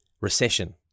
recession